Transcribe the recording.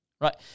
right